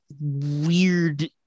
weird